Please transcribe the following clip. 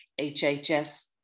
HHS